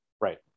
right